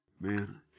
Man